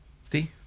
See